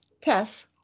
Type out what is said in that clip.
Tess